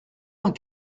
vingt